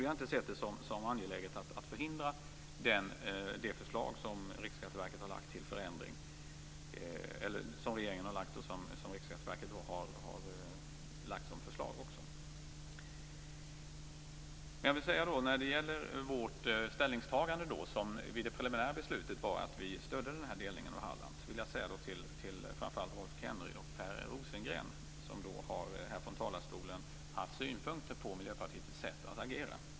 Vi har inte sett det som angeläget att förhindra det förslag som Riksskatteverket har lagt fram utifrån regeringens förslag. Vårt ställningstagande i samband med det preliminära beslutet var att vi stödde en delning av Hallands län. Med anledning av det vill jag vända mig till Rolf Kenneryd och Per Rosengren, som har haft synpunkter på Miljöpartiets sätt att agera.